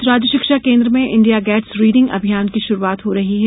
आज राज्य शिक्षा केन्द्र में इंडिया गेट्स रीडिंग अभियान की शुरूआत हो रही है